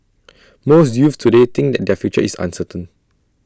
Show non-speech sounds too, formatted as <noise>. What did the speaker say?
<noise> most youths today think that their future is uncertain